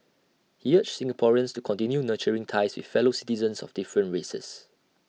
he urged Singaporeans to continue nurturing ties with fellow citizens of different races